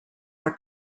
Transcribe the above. are